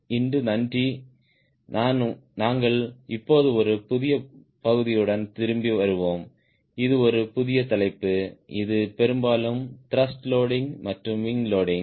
இன்று நன்றி நாங்கள் இப்போது ஒரு புதிய பகுதியுடன் திரும்பி வருவோம் இது ஒரு புதிய தலைப்பு இது பெரும்பாலும் த்ருஷ்ட் லோடிங் மற்றும் விங் லோடிங்